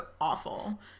awful